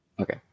Okay